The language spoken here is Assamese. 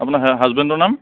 আপোনাৰ হা হাছবেণ্ডৰ নাম